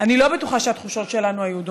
אני לא בטוחה שהתחושות שלנו היו דומות.